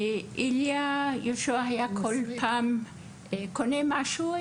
יהושע היה כל פעם קונה משהו,